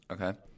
okay